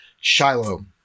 Shiloh